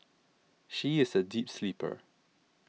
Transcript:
she is a deep sleeper